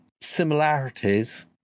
similarities